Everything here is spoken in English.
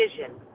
vision